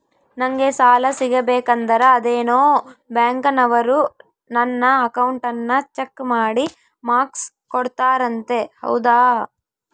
ನಂಗೆ ಸಾಲ ಸಿಗಬೇಕಂದರ ಅದೇನೋ ಬ್ಯಾಂಕನವರು ನನ್ನ ಅಕೌಂಟನ್ನ ಚೆಕ್ ಮಾಡಿ ಮಾರ್ಕ್ಸ್ ಕೊಡ್ತಾರಂತೆ ಹೌದಾ?